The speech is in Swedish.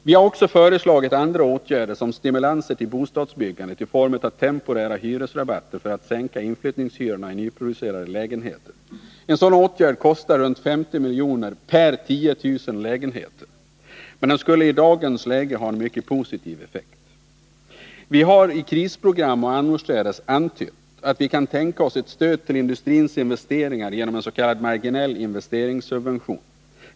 Vi har också föreslagit andra åtgärder som stimulanser till bostadsbyggandet i form av temporära hyresrabatter för att sänka inflyttningshyrorna i nyproducerade lägenheter. En sådan åtgärd kostar runt 50 miljoner per 10 000 lägenheter, men den skulle i dagens läge ha en mycket positiv effekt. Vi har i krisprogram och annorstädes antytt att vi kan tänka oss ett stöd till industrins investeringar genom en s.k. marginell investeringssubvention.